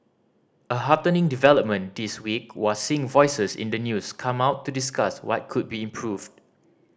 a heartening development this week was seeing voices in the news come out to discuss what could be improved